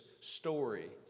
story